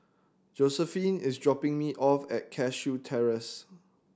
Josiephine is dropping me off at Cashew Terrace